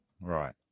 Right